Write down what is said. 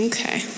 Okay